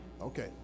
okay